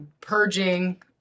purging